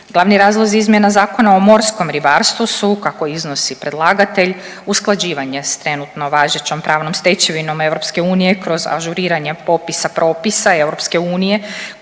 Glavni razlozi izmjena Zakona o morskom ribarstvu su kako iznosi predlagatelj usklađivanje s trenutno važećim pravnom stečevinom EU kroz ažuriranje popisa propisa EU